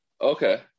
Okay